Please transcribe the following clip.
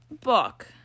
book